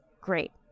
great